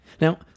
Now